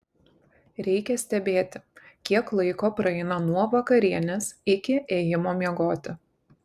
reikia stebėti kiek laiko praeina nuo vakarienės iki ėjimo miegoti